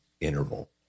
interval